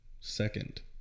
second